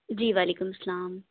جی وعلیکم السّلام